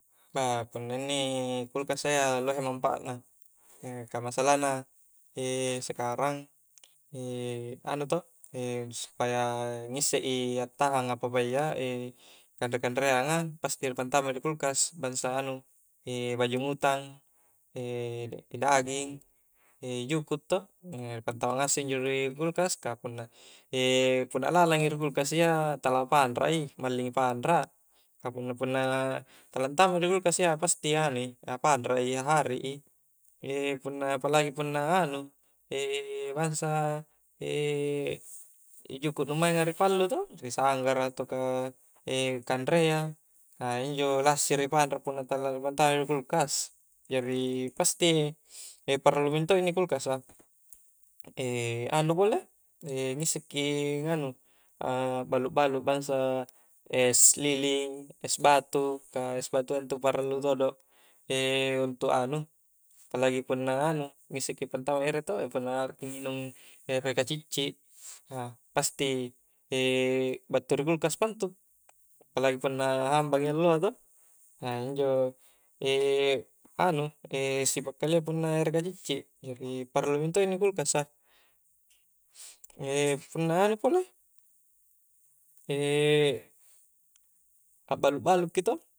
Ka punna inni kulkas lohe manfaana, ka masalahna sekarang, anu to supaya ngissek i attahang apa-apaya kanre-kanreanga pasti ripantamak i ri kulkas bangsa anu bajung utang daging, jukuk to, ripantamak ngasek pi ri kulkas, ka punna lalangi ri kulkas iya tala panrak i malling i panrak, ka punna-punna tala tamak i rikulkas iya pasti anui a panrak i, a hari i, punna apalagi punna anu bangsa jukuk nu maing a ripallu to risanggara atau ka kanrea injo lassiri panrak punna tala ripantamak rikulkas, jari pasti parallu mento inni kulkas a anu pole ngissek ki nganu akbaluk-baluk bangsa es lilin, es batu, ka es batua intu parallu todo, untuk anu apalagi punna anu ngisseki pantama ere to punna akrakki nginung ere kaciccik pasti battu ri kulkas pa intu apalagi punna hambangi alloa to injo anu sipak kalia punna ere kacicci jari parallu mento inni kulkas a punna nu pole akbaluk-baluk ki to